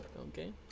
okay